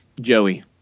Joey